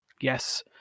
Yes